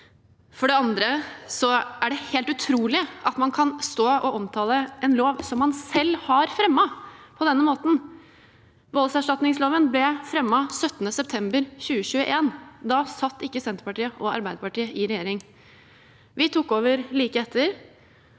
For det andre er det helt utrolig at man kan stå og omtale en lov man selv har fremmet, på denne måten. Voldserstatningsloven ble fremmet 17. september 2021. Da satt ikke Senterpartiet og Arbeiderpartiet i regjering, vi tok over like etter.